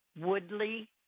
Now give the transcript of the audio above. Woodley